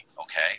Okay